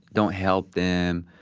don't help them.